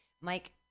Mike